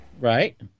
Right